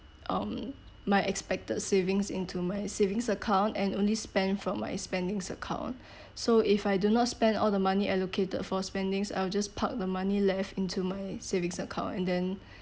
um my expected savings into my savings account and only spend from my spendings account so if I do not spend all the money allocated for spendings I will just park the money left into my savings account and then